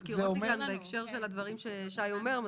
בהקשר לדברים ששי אומר,